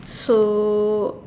so